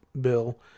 Bill